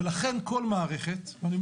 ולכן כל מערכת, גם